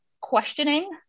questioning